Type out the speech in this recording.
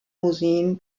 museen